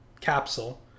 capsule